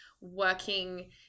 working